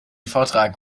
vortrag